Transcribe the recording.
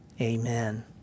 Amen